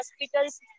hospitals